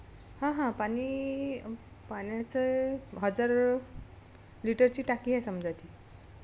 हां हां पाणी पाण्याचं हजार लिटरची टाकी आहे समजायची